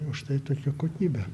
užtai tokia kokybė